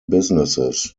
businesses